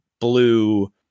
blue